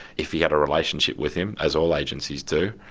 if he had a relationship with him, as all agencies do,